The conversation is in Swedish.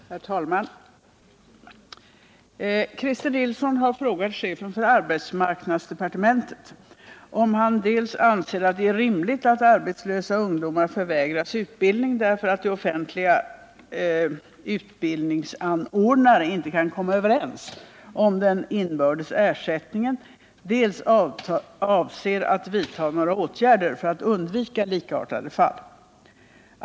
Herr talman! Christer Nilsson har frågat chefen för arbetsmarknadsdepartementet om han dels anser att det är rimligt att arbetslösa ungdomar förvägras utbildning, därför att offentliga utbildningsanordnare inte kan komma överens om den inbördes ersättningen, dels avser att vidta några åtgärder för att undvika likartade fall.